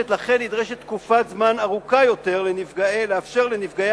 לכן נדרשת תקופת זמן ארוכה יותר לאפשר לנפגעי